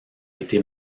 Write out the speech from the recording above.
été